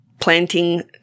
Planting